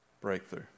breakthrough